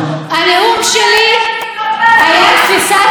הנאום שלי היה תפיסת עולם.